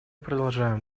продолжаем